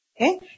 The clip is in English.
Okay